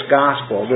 gospel